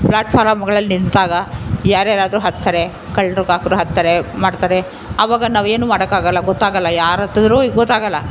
flat ಫಾರಮ್ಗಳಲ್ಲಿ ನಿಂತಾಗ ಯಾರು ಯಾರಾದ್ರೂ ಹತ್ತಾರೆ ಕಳ್ಳರು ಕಾಕರು ಹತ್ತಾರೆ ಮಾಡ್ತಾರೆ ಅವಾಗ ನಾವು ಏನೂ ಮಾಡೋಕ್ಕಾಗಲ್ಲ ಗೊತ್ತಾಗಲ್ಲ ಯಾರತ್ತಿದ್ರೂ ಗೊತ್ತಾಗಲ್ಲ